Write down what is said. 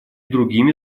другими